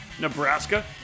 Nebraska